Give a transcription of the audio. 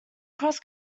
cross